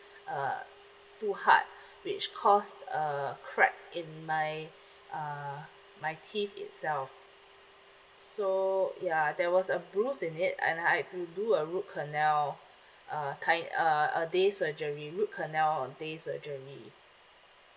uh too hard which cause uh crack in my uh my teeth itself so ya there was a bruise in it and I had to do a root canal uh ti~ uh a day surgery root canal day surgery